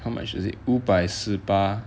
how much is it 五百四八